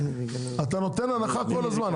אתה נותן הנחה כל הזמן,